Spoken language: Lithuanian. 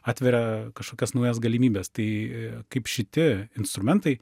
atveria kažkokias naujas galimybes tai kaip šiti instrumentai